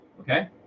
okay